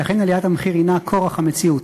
ולכן עליית המחיר היא כורח המציאות,